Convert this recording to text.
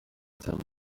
them